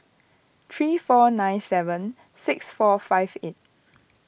three four nine seven six four five eight